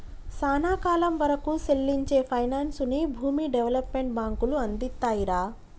సానా కాలం వరకూ సెల్లించే పైనాన్సుని భూమి డెవలప్మెంట్ బాంకులు అందిత్తాయిరా